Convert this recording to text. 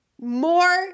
more